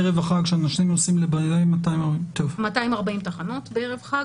ערב החג 240. 240 תחנות בערב חג,